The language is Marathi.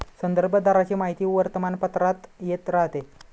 संदर्भ दराची माहिती वर्तमानपत्रात येत राहते